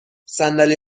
صندلی